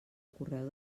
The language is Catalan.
correu